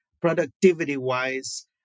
productivity-wise